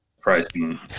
Pricing